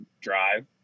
drive